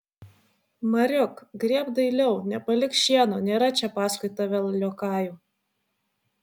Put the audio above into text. mariuk grėbk dailiau nepalik šieno nėra čia paskui tave liokajų